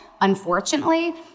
Unfortunately